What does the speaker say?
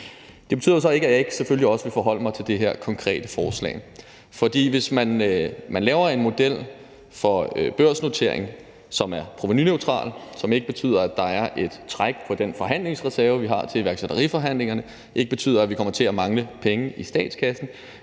Det betyder så ikke, at jeg selvfølgelig ikke også vil forholde mig til det her konkrete forslag. For hvis man laver en model for børsnotering, som er provenuneutral, hvilket betyder, at der ikke er et træk på den forhandlingsreserve, vi har til iværksætteriforhandlingerne, og betyder, at vi ikke kommer til at mangle penge i statskassen,